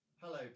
Hello